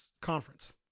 conference